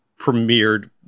premiered